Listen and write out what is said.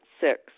Six